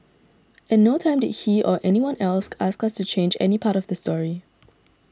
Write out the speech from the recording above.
at no time did he or anyone else ask us to change any part of the story